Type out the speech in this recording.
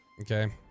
Okay